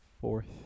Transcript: fourth